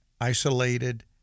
isolated